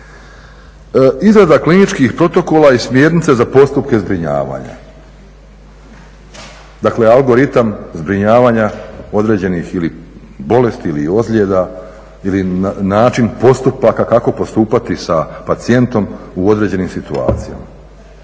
Izrada kliničkih protokola i smjernica za postupke zbrinjavanja. Dakle, algoritam zbrinjavanja određenih ili bolesti ili ozljeda ili način postupaka kako postupati sa pacijentom u određenim situacijama.